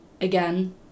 Again